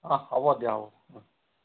অঁ হ'ব দিয়া হ'ব